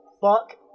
fuck